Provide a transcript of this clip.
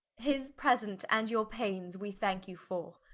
his present, and your paines we thanke you for